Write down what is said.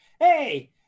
Hey